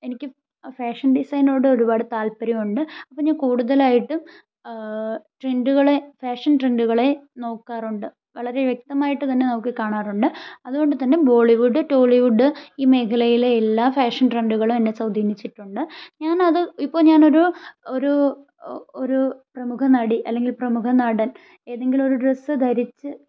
എനിക്ക് ഫാഷൻ ഡിസൈനോട് ഒരുപാട് താല്പര്യം ഉണ്ട് അപ്പം ഞാൻ കൂടുതലായിട്ടും ട്രെൻഡുകളെ ഫാഷൻ ട്രെൻഡുകളെ നോക്കാറുണ്ട് വളരെ വ്യക്തമായിട്ട് തന്നെ നോക്കി കാണാറുണ്ട് അതുകൊണ്ടു തന്നെ ബോളിവുഡ് ടോളിവുഡ് ഈ മേഖലയിലെ എല്ലാ ഫാഷൻ ട്രെൻഡുകളും എന്നെ സ്വാധീനിച്ചിട്ടുണ്ട് ഞാൻ അത് ഇപ്പം ഞാൻ ഒര് ഒരു ഒരു പ്രമുഖ നടി അല്ലെങ്കിൽ പ്രമുഖ നടൻ ഏതെങ്കിലും ഒര് ഡ്രസ് ധരിച്ച്